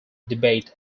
debate